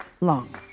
Long